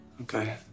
Okay